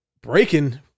Breaking